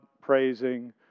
praising